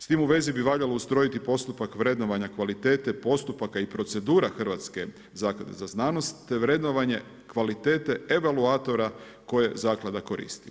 S tim u vezi bi valjalo ustrojiti postupak vrednovanja kvalitete, postupaka i procedura Hrvatske zaklade za znanost te vrednovanje kvalitete evaluatora koje zaklada koristi.